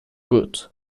good